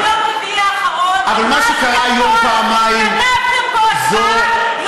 אתם ביום רביעי האחרון, גנבתם פה הצבעה.